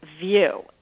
view